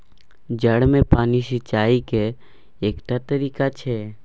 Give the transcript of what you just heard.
जड़ि मे पानि सिचाई केर एकटा तरीका छै